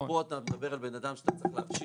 פה אתה מדבר על בן אדם שאתה צריך להפשיט,